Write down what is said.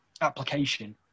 application